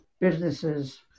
businesses